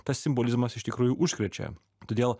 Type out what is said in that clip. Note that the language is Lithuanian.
tas simbolizmas iš tikrųjų užkrečia todėl